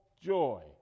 joy